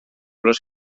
los